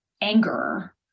anger